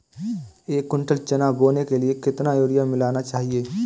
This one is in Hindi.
एक कुंटल चना बोने के लिए कितना यूरिया मिलाना चाहिये?